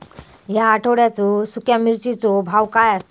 या आठवड्याचो सुख्या मिर्चीचो भाव काय आसा?